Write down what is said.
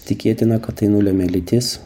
tikėtina kad tai nulemia lytis